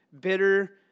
bitter